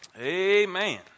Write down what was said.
Amen